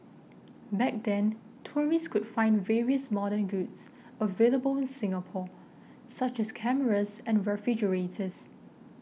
back then tourists could find various modern goods available in Singapore such as cameras and refrigerators